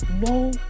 no